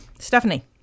Stephanie